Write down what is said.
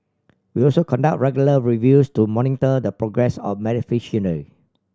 we also conduct regular reviews to monitor the progress of beneficiary